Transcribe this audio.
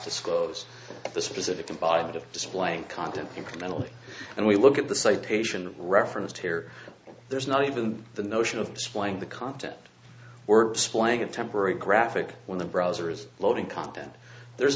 disclose the specific combined of displaying content incrementally and we look at the citation referenced here there's not even the notion of displaying the content were displaying a temporary graphic when the browser is loading content there's